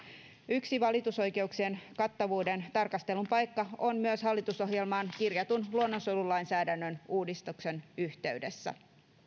yksi valitusoikeuksien kattavuuden tarkastelun paikka on myös hallitusohjelmaan kirjatun luonnonsuojelulainsäädännön uudistuksen yhteydessä